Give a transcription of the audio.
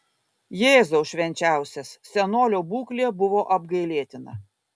jėzau švenčiausias senolio būklė buvo apgailėtina